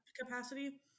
capacity